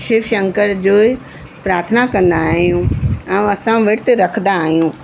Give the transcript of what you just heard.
शिव शंकर जो प्रार्थना कंदा आहियूं ऐं असां विर्तु रखंदा आहियूं